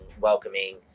welcoming